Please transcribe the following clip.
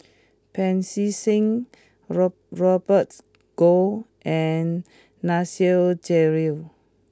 Pancy Seng rob Robert Goh and Nasir Jalil